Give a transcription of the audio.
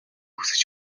хүсэж